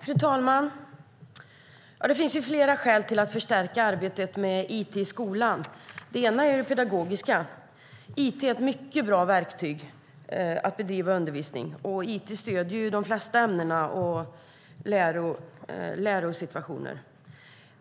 Fru talman! Det finns flera skäl att förstärka arbetet med it i skolan. Ett skäl är det pedagogiska. It är ett mycket bra verktyg för att bedriva undervisning. It stöder de flesta ämnen och lärosituationer.